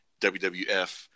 WWF